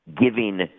giving